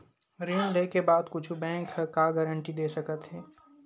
ऋण लेके बाद कुछु बैंक ह का गारेंटी दे सकत हे?